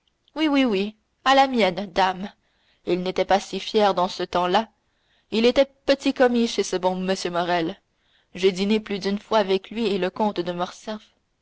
mienne oui oui oui à la mienne dame il n'était pas si fier dans ce temps-là il était petit commis chez ce bon m morrel j'ai dîné plus d'une fois avec lui et le comte de